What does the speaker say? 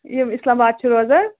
یِم اِسلام آباد چھِوٕ حظ